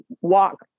walk